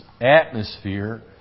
atmosphere